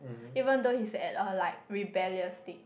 even though he's at a like rebellious state